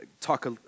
talk